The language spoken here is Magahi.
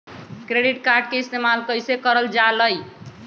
क्रेडिट कार्ड के इस्तेमाल कईसे करल जा लई?